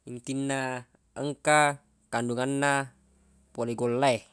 Intinna engka kandunganna pole golla e